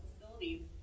facilities